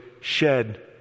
shed